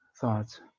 thoughts